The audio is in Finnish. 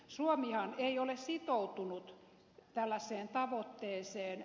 suomihan ei ole sitoutunut tällaiseen tavoitteeseen